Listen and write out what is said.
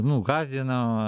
nu gąsdino